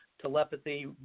telepathy